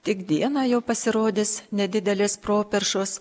tik dieną jau pasirodys nedidelės properšos